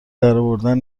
درآوردن